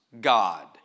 God